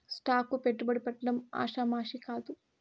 stock కు పెట్టుబడి పెట్టడం ఆషామాషీ కాదు